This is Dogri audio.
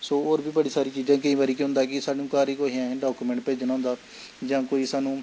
सो होर बी बड़ी सारी चीजां केईं बारी केह् होंदा कि सानूं घर गै कोई असें डाकुमैंट भेजना होंदा जां कोई सानूं